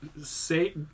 say